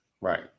Right